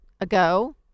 ago